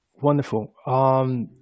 Wonderful